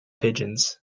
pigeons